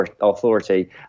authority